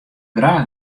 graach